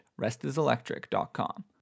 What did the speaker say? restiselectric.com